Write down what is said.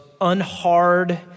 unhard